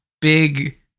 big